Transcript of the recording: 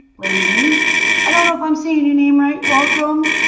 like mean i don't know if i'm seeing your name, right? welcome.